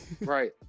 Right